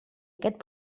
aquest